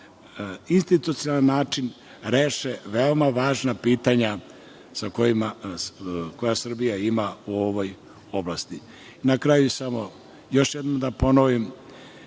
institucionalan način reše veoma važna pitanja koja Srbija ima u ovoj oblasti. Na kraju još jednom da ponovim